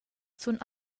sun